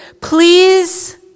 please